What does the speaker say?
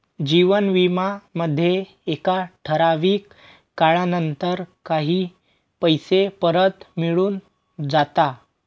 जीवन विमा मध्ये एका ठराविक काळानंतर काही पैसे परत मिळून जाता